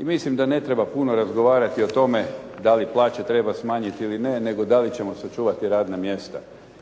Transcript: I mislim da ne treba puno razgovarati o tome da li plaće treba smanjiti ili ne nego da li ćemo sačuvati radna mjesta